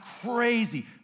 crazy